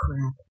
crap